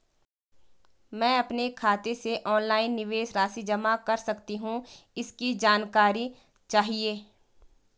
मैं अपने खाते से ऑनलाइन निवेश राशि जमा कर सकती हूँ इसकी जानकारी चाहिए?